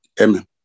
Amen